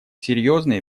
серьезной